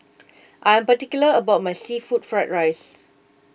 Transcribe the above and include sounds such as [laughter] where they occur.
[noise] I am particular about my Seafood Fried Rice